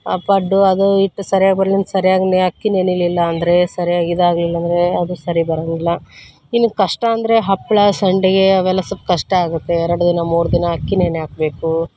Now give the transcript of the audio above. ಆ ಪಡ್ಡು ಅದೂ ಹಿಟ್ ಸರಿಯಾಗಿ ಬರ್ಲಿಲ್ಲಂದ್ರ್ ಸರ್ಯಾಗಿ ನೆ ಅಕ್ಕಿ ನೆನೆಲಿಲ್ಲ ಅಂದರೆ ಸರಿಯಾಗಿ ಇದಾಗಲಿಲ್ಲ ಅಂದರೆ ಅದು ಸರಿ ಬರೋಂಗಿಲ್ಲ ಇನ್ನು ಕಷ್ಟ ಅಂದರೆ ಹಪ್ಪಳ ಸಂಡಿಗೆ ಅವೆಲ್ಲ ಸ್ವಲ್ಪ ಕಷ್ಟ ಆಗುತ್ತೆ ಎರಡು ದಿನ ಮೂರು ದಿನ ಅಕ್ಕಿ ನೆನೆ ಹಾಕ್ಬೇಕು